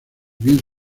bien